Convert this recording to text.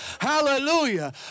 Hallelujah